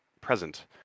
present